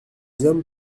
hommes